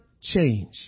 change